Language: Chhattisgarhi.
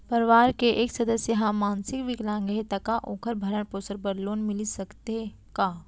परवार के एक सदस्य हा मानसिक विकलांग हे त का वोकर भरण पोषण बर लोन मिलिस सकथे का?